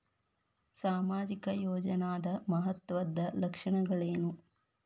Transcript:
ಸಾಮಾಜಿಕ ಯೋಜನಾದ ಮಹತ್ವದ್ದ ಲಕ್ಷಣಗಳೇನು?